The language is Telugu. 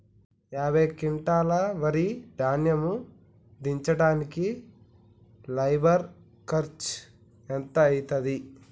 యాభై క్వింటాల్ వరి ధాన్యము దించడానికి లేబర్ ఖర్చు ఎంత అయితది?